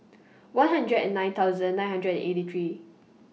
one hundred and nine thousand nine hundred and eighty three